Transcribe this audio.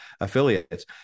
affiliates